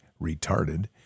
retarded